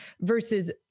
versus